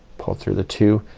pull through the two,